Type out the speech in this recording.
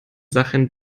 sachen